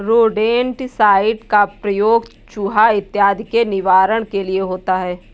rodenticide का प्रयोग चुहा इत्यादि के निवारण के लिए होता है